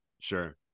sure